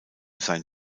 sein